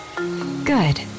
Good